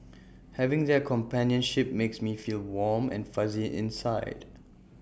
having their companionship makes me feel warm and fuzzy inside